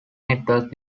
network